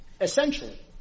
essentially